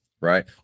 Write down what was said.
Right